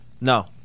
no